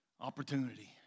Opportunity